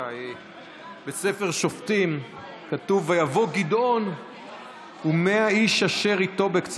בספר שופטים כתוב "ויבֹא גדעון ומאה איש אשר אִתו בקצה